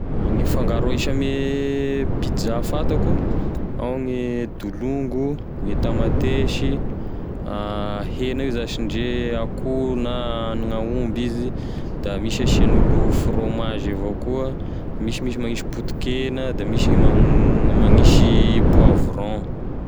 Gne fangaro ahisy ame pizza fantako: ao gne dolongo, gne tamatesy, hena io zash ndre akoho na anign'aomby izy da misy asian'olo frômazy avao koa misy misy lagnisy potikena da misy gne magnisy poavron.